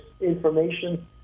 information